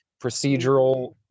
procedural